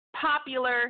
popular